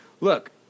Look